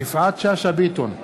יפעת שאשא ביטון,